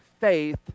faith